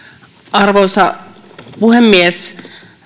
arvoisa puhemies